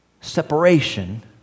Separation